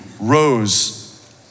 Rose